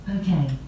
Okay